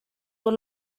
will